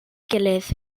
gilydd